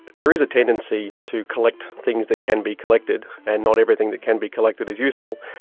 there is a tendency to collect things that can be collected, and not everything that can be collected is useful,